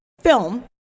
film